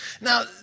Now